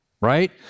right